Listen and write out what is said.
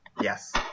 Yes